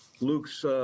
Luke's